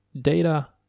data